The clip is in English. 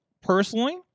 personally